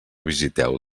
visiteu